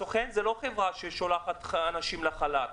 הסוכן זה לא חברה ששולחת אנשים לחלל.